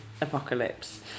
apocalypse